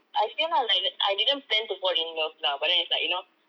I feel lah like I didn't plan to fall in love lah but then it's like you know